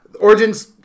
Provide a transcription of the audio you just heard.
origins